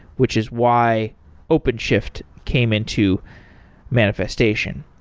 which is why openshift came into manifestation.